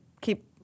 keep